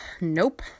nope